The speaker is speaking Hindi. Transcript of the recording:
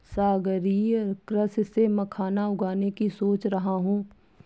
सागरीय कृषि से मखाना उगाने की सोच रहा हूं